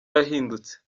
yahindutse